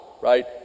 right